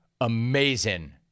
amazing